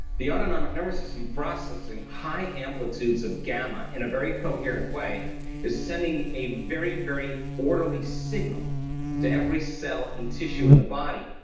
the autonomic nervous system processing high amplitudes of gamma in a very coherent way is sending a very, very orderly signal to every cell and tissue in the body.